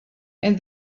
and